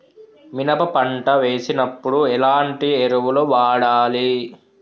మినప పంట వేసినప్పుడు ఎలాంటి ఎరువులు వాడాలి?